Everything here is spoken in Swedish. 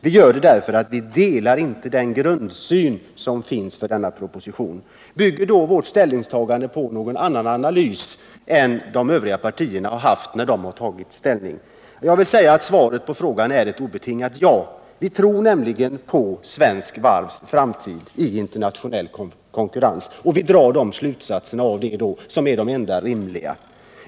Vi gör det därför att vi inte delar propositionens grundsyn. Bygger då vårt ställningstagande på någon annan analys än den de övriga partierna har haft när de tagit ställning? Svaret på frågan är ett obetingat ja. Vi tror nämligen på svenska varvs framtid i internationell konkurrens, och vi drar därav de enda rimliga slutsatserna.